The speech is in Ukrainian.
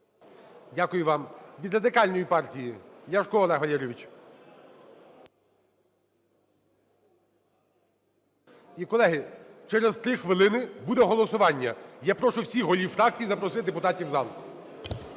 Дякую вам. Від Радикальної партії – Ляшко Олег Валерійович. І, колеги, через 3 хвилини буде голосування. Я прошу всіх голів фракцій запросити депутатів у зал.